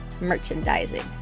merchandising